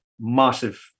massive